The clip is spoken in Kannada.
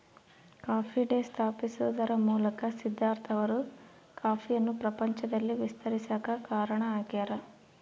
ಕಾಫಿ ಡೇ ಸ್ಥಾಪಿಸುವದರ ಮೂಲಕ ಸಿದ್ದಾರ್ಥ ಅವರು ಕಾಫಿಯನ್ನು ಪ್ರಪಂಚದಲ್ಲಿ ವಿಸ್ತರಿಸಾಕ ಕಾರಣ ಆಗ್ಯಾರ